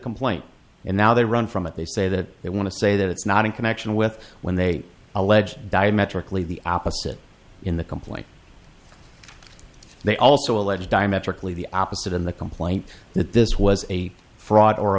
complaint and now they run from it they say that they want to say that it's not in connection with when they allege diametrically the opposite in the complaint they also allege diametrically the opposite in the complaint that this was a fraud or